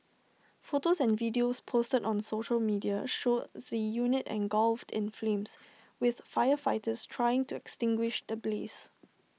photos and videos posted on social media showed the unit engulfed in flames with firefighters trying to extinguish the blaze